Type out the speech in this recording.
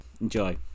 Enjoy